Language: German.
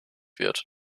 wird